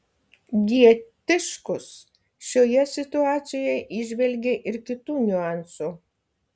g tiškus šioje situacijoje įžvelgė ir kitų niuansų